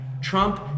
Trump